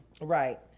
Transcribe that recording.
Right